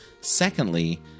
Secondly